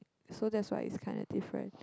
so that's why it's kinda different